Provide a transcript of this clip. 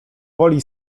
woli